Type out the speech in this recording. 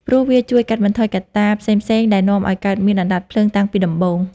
ព្រោះវាជួយកាត់ផ្ដាច់កត្តាផ្សេងៗដែលនាំឱ្យកើតមានអណ្ដាតភ្លើងតាំងពីដំបូង។